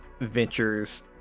ventures